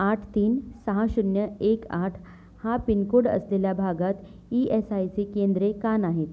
आठ तीन सहा शून्य एक आठ हा पिनकोड असलेल्या भागात ई एस आय सी केंद्रे का नाहीत